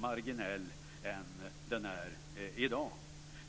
marginellt än det är i dag.